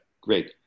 Great